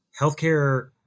healthcare